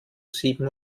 sieben